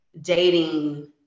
dating